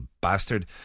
bastard